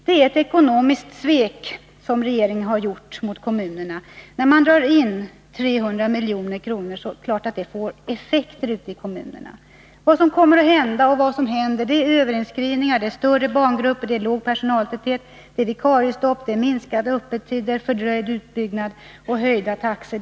Regeringen har gjort sig skyldig till ett ekonomiskt svek mot kommunerna. Drar man in 300 milj.kr., är det klart att detta får effekter ute i kommunerna. Vad som händer och kommer att hända är att det blir överinskrivningar, större barngrupper, låg personaltäthet, vikariestopp, kortare öppettider, fördröjning av utbyggnaden och höjning av taxorna.